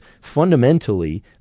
fundamentally